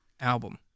album